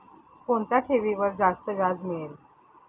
कोणत्या ठेवीवर जास्त व्याज मिळेल?